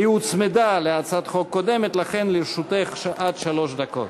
היא הוצמדה להצעת חוק קודמת ולכן לרשותך עד שלוש דקות.